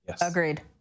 Agreed